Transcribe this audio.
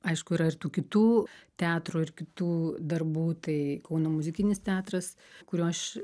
aišku yra ir tų kitų teatrų ir kitų darbų tai kauno muzikinis teatras kurio aš